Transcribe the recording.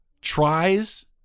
tries